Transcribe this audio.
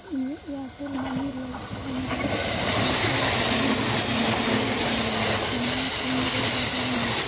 ᱤᱧᱟᱹᱜ Airtel money lock phone ᱨᱮ password ᱢᱤᱫᱴᱮᱝ ᱛᱷᱨᱤ ᱮᱞᱮᱞ ᱨᱮᱱᱟᱝ ᱯᱤᱱᱨᱮ ᱵᱚᱫᱚᱞ ᱢᱮ